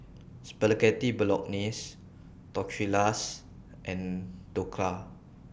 Spaghetti Bolognese Tortillas and Dhokla